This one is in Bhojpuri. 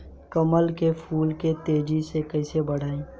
कमल के फूल के तेजी से कइसे बढ़ाई?